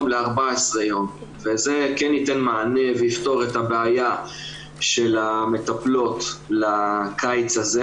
ל-14 יום וזה כן ייתן מענה ויפתור את הבעיה של המטפלות לקיץ הזה.